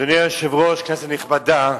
אדוני היושב-ראש, כנסת נכבדה,